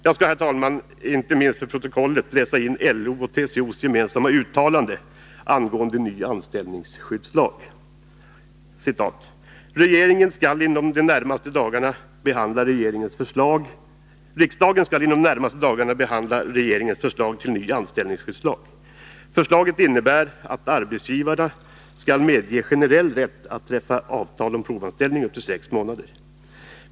Jag skall, herr talman, inte minst med tanke på protokollet, läsa upp LO:s och TCO:s gemensamma uttalande angående en ny anställningsskyddslag: ”Riksdagen skall inom de närmaste dagarna behandla regeringens förslag till ny anställningsskyddslag. Förslaget innebär att arbetsgivare ska medges generell rätt att träffa avtal om provanställning i upp till sex månader.